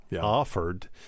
offered